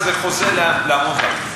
וזה חוזר להמון דברים.